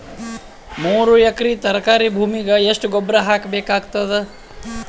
ಮೂರು ಎಕರಿ ತರಕಾರಿ ಭೂಮಿಗ ಎಷ್ಟ ಗೊಬ್ಬರ ಹಾಕ್ ಬೇಕಾಗತದ?